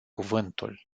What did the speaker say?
cuvântul